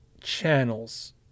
channels